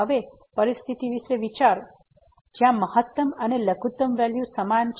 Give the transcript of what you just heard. હવે પરિસ્થિતિ વિશે વિચારો જ્યાં મહત્તમ અને લઘુત્તમ વેલ્યુ સમાન છે